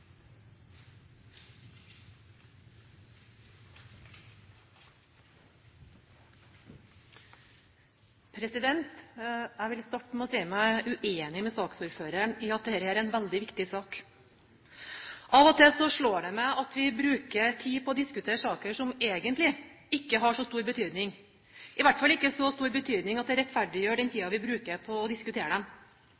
en veldig viktig sak. Av og til slår det meg at vi bruker tid på å diskutere saker som egentlig ikke har så stor betydning, i hvert fall ikke så stor betydning at det rettferdiggjør den